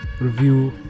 Review